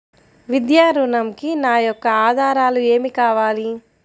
విద్యా ఋణంకి నా యొక్క ఆధారాలు ఏమి కావాలి?